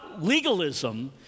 legalism